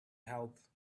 help